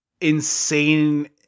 insane